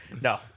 No